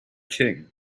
king